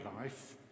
life